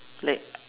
like